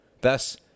Thus